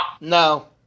No